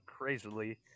crazily